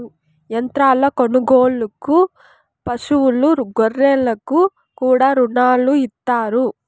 యంత్రాల కొనుగోలుకు పశువులు గొర్రెలకు కూడా రుణాలు ఇత్తారు